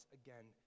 again